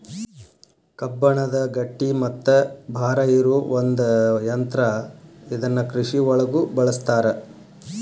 ಕಬ್ಬಣದ ಗಟ್ಟಿ ಮತ್ತ ಭಾರ ಇರು ಒಂದ ಯಂತ್ರಾ ಇದನ್ನ ಕೃಷಿ ಒಳಗು ಬಳಸ್ತಾರ